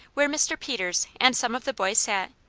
where mr. peters and some of the boys sat,